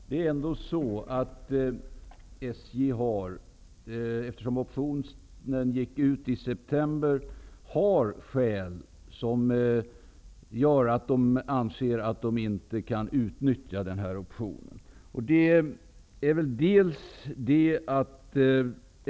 Fru talman! SJ har, eftersom optionen gick ut i september, skäl som gör att man anser att optionen inte kan utnyttjas.